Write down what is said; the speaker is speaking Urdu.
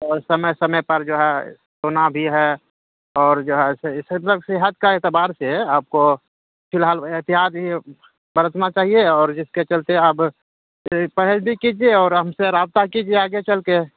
اور سمے سمے پر جو ہے سونا بھی ہے اور جو ہے صحت کا اعتبار سے آپ کو فی الحال احتیاط ہی برتنا چاہیے اور جس کے چلتے آپ چہل پہل بھی کیجیے اور ہم سے رابطہ کیجیے آگے چل کے